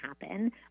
happen